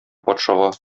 патшага